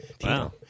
Wow